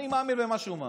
אני מאמין במה שהוא מאמין.